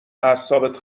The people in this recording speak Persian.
اعصابت